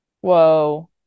Whoa